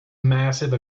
massive